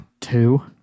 Two